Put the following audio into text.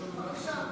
בבקשה.